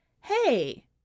Hey